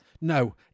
No